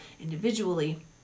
individually